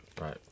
Right